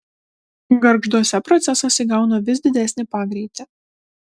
gargžduose procesas įgauna vis didesnį pagreitį